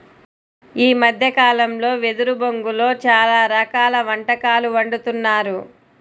ఈ మద్దె కాలంలో వెదురు బొంగులో చాలా రకాల వంటకాలు వండుతున్నారు